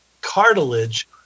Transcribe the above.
cartilage